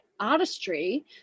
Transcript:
artistry